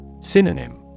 Synonym